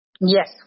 Yes